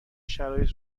شرایط